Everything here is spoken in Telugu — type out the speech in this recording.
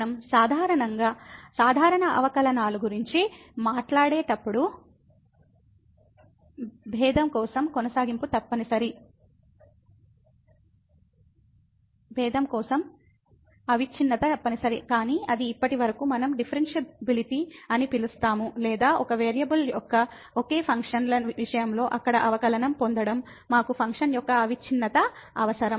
మనం సాధారణ అవకలనాలు గురించి మాట్లాడేటప్పుడు భేదం కోసం కొనసాగింపు తప్పనిసరి కాని ఇది ఇప్పటివరకు మనం డిఫరెన్సిబిలిటీ అని పిలుస్తాము లేదా ఒకే వేరియబుల్ యొక్క ఒకే ఫంక్షన్ల విషయంలో అక్కడ అవకలనంపొందడం మాకు ఫంక్షన్ యొక్క అవిచ్ఛిన్నత అవసరం